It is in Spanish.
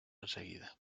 enseguida